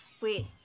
Wait